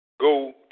Go